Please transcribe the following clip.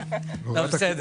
לדבר.